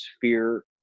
fear